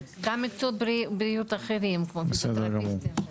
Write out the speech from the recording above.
גם מקצועות בריאות אחרים כמו פיזיותרפיסטים.